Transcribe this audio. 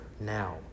now